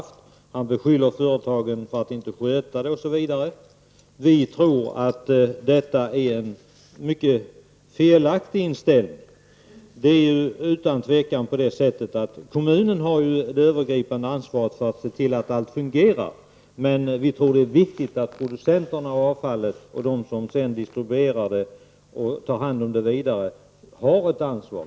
Vidare beskyller han företagen för att inte sköta det hela, osv. För vår del tror vi att detta är en mycket felaktig inställning. Utan tvivel förhåller det sig ju så, att kommunen har det övergripande ansvaret för att se till att allt fungerar. Men vi tror att det är viktigt att producenterna av avfallet och de som sedan tar hand om det har ett ansvar.